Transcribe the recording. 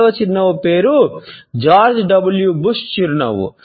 Alan Pease నవ్వు